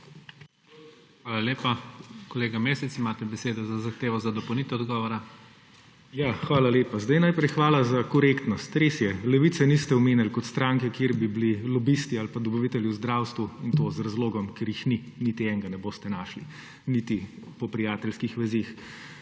Hvala lepa. Kolega Mesec, imate besedo za zahtevo za dopolnitev odgovora. **LUKA MESEC (PS Levica):** Hvala lepa. Najprej hvala za korektnost. Res je, Levice niste omenili kot stranke, kjer bi bili lobisti ali pa dobavitelji v zdravstvu, in to z razlogom, ker jih ni. Niti enega ne boste našli, niti po prijateljskim vezeh.